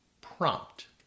prompt